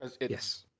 Yes